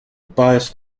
bias